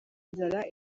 inzara